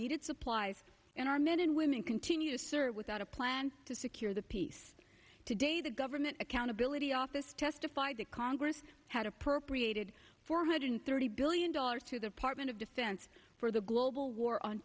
needed supplies and our men and women continue to serve without a plan to secure the peace today the government accountability office testified that congress has appropriated four hundred thirty billion dollars to the apartment of defense for the global war on